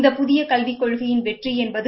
இந்த புதிய கல்விக் கொள்கையின் வெற்றி என்பது